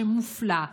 שמופלה,